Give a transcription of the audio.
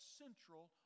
central